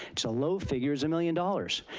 it's a low figure, is a million dollars.